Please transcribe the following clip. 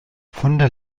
funde